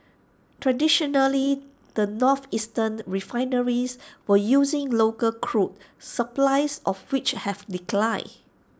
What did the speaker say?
traditionally the northeastern refineries were using local crude supplies of which have declined